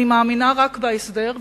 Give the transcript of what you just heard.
אני מאמינה רק בהסדר,